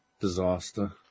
disaster